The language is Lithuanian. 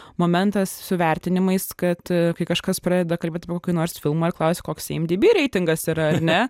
momentas su vertinimais kad kai kažkas pradeda kalbėt apie kokį nors filmą ir klausia koks imdb reitingas yra ar ne